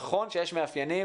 נכון שיש מאפיינים,